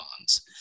bonds